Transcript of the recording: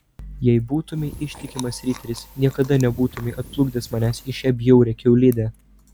jei būtumei ištikimas riteris niekada nebūtumei atplukdęs manęs į šią bjaurią kiaulidę